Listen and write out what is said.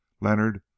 Leonard